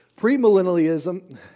Premillennialism